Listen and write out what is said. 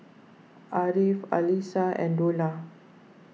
Ariff Alyssa and Dollah